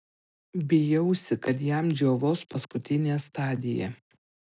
bijausi kad jam džiovos paskutinė stadija